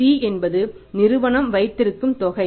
C என்பது நிறுவனம் வைத்திருக்கும் தொகை